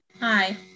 hi